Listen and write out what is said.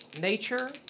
nature